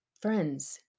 friends